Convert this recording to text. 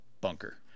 bunker